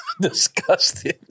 Disgusting